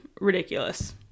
ridiculous